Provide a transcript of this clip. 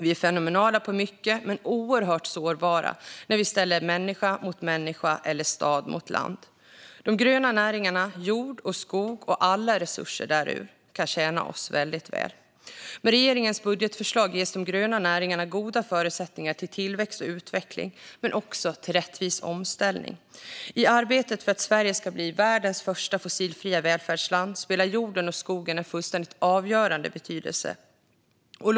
Vi är fenomenala på mycket men oerhört sårbara när vi ställer människa mot människa eller stad mot land. De gröna näringarna, jord och skog och alla resurser därur kan tjäna oss väl. Med regeringens budgetförslag ges de gröna näringarna goda förutsättningar för tillväxt och utveckling men också för rättvis omställning. I arbetet för att Sverige ska bli världens första fossilfria välfärdsland spelar jorden och skogen en fullständigt avgörande roll.